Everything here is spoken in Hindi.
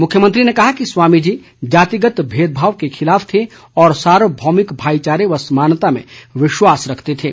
मुख्यमंत्री ने कहा कि स्वामी जी जातिगत भेदभाव के खिलाफ थे और सार्वभौमिक भाईचारे व समानता में विश्वास रखते थे